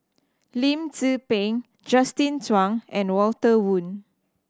Lim Tze Peng Justin Zhuang and Walter Woon